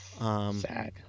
Sad